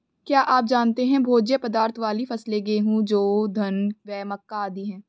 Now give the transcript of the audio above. क्या आप जानते है भोज्य पदार्थ वाली फसलें गेहूँ, जौ, धान व मक्का आदि है?